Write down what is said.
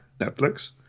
Netflix